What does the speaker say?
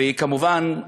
וכמובן,